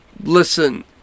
listen